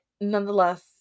nonetheless